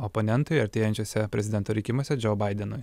oponentui artėjančiuose prezidento rinkimuose džo baidenui